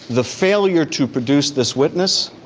the failure to produce this witness.